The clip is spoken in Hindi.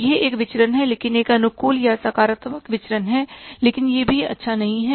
तो यह एक विचरण है लेकिन एक अनुकूल या एक सकारात्मक विचरण है लेकिन यह भी अच्छा नहीं है